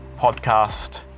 podcast